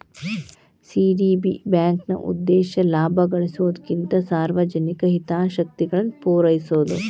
CDB ಬ್ಯಾಂಕ್ನ ಉದ್ದೇಶ ಲಾಭ ಗಳಿಸೊದಕ್ಕಿಂತ ಸಾರ್ವಜನಿಕ ಹಿತಾಸಕ್ತಿಗಳನ್ನ ಪೂರೈಸೊದು